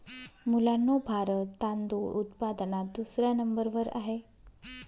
मुलांनो भारत तांदूळ उत्पादनात दुसऱ्या नंबर वर आहे